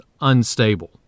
unstable